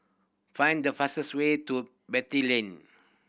find the fastest way to Beatty Lane